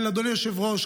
אדוני היושב-ראש,